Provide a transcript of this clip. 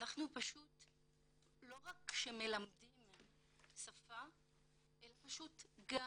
אנחנו פשוט לא רק שמלמדים שפה, אלא פשוט גם